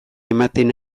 ematen